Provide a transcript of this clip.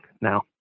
now